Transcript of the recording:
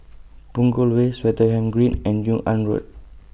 Punggol Way Swettenham Green and Yung An Road